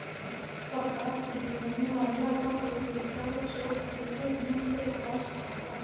कपास बीनने वाला वह व्यक्ति होता है जो फसल की भूमि से कपास उठाता है